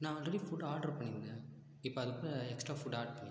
நான் already food order பண்ணிருந்தன் இப்போ அது கூட எக்ஸ்ட்ரா ஃபுட் ஆட் பண்ணிக்கோங்க